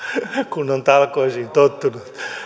kun on talkoisiin tottunut